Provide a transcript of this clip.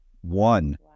One